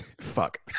Fuck